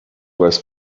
was